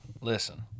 listen